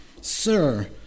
sir